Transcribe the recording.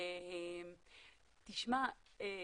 פרופ'